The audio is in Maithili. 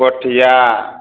पोठिया